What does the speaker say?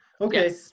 Okay